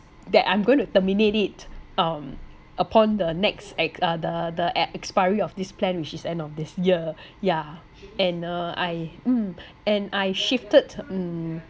that I'm going to terminate it um upon the next ex~ uh the the expiry of this plan which is end of this year yeah and uh I mm and I shifted mm